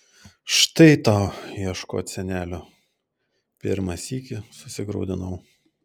štai tau ieškot senelio pirmą sykį susigraudinau